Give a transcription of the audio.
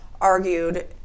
argued